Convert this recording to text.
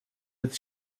with